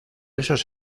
esos